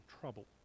trouble